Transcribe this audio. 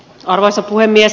arvoisa puhemies